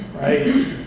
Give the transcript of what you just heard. right